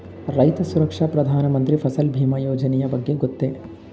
ರೈತ ಸುರಕ್ಷಾ ಪ್ರಧಾನ ಮಂತ್ರಿ ಫಸಲ್ ಭೀಮ ಯೋಜನೆಯ ಬಗ್ಗೆ ಗೊತ್ತೇ?